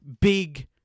big